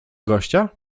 gościa